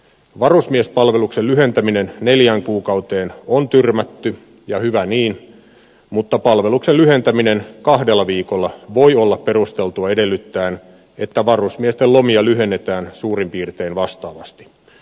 varusmiespalveluksen lyhentäminen neljään kuukauteen on tyrmätty ja hyvä niin mutta palveluksen lyhentäminen kahdella viikolla voi olla perusteltua edellyttäen että varusmiesten lomia lyhennetään suurin piirtein vastaavasti